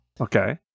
Okay